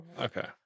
Okay